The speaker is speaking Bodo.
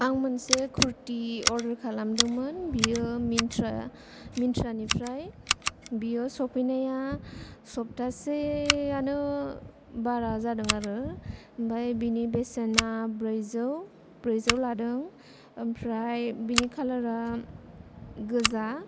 आं मोनसे कुर्टि अर्दार खालामदोंमोन मिन्ट्रा निफ्राय बेयो सफैनाया सप्तासेआनो बारा जादों आरो ओमफ्राय बिनि बेसेना ब्रैजौ लादों ओमफ्राय बिनि कालार आ गोजा